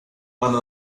one